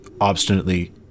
obstinately